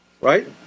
right